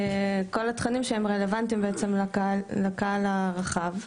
כל התכנים שרלוונטיים לקהל הרחב.